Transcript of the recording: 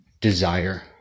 desire